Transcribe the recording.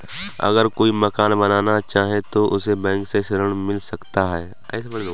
अगर कोई मकान बनाना चाहे तो उसे बैंक से ऋण मिल सकता है?